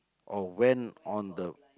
oh went on the